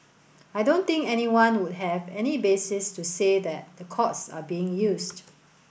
I don't think anyone would have any basis to say that the courts are being used